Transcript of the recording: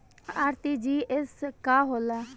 RTGS का होला?